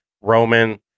Roman